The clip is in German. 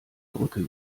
brücke